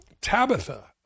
Tabitha